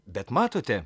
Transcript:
bet matote